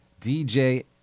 DJ